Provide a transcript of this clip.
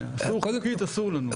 מבחינה עקרונית, אסור לנו.